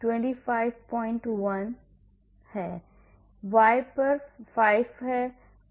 y 5 पर 25